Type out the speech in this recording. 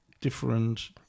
different